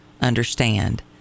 understand